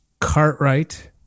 Cartwright